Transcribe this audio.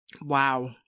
Wow